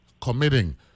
committing